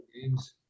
games